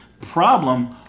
problem